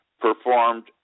performed